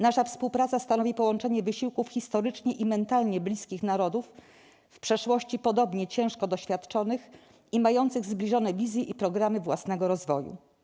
Nasza współpraca stanowi połączenie wysiłków historycznie i mentalnie bliskich narodów, w przeszłości podobnie ciężko doświadczonych i mających zbliżone wizje i programy własnego rozwoju.